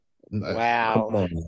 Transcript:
Wow